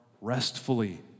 restfully